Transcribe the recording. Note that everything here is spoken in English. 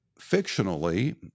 fictionally